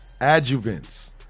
Adjuvants